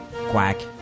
Quack